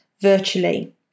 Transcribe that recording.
virtually